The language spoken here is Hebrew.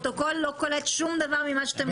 או